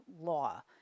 law